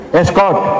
escort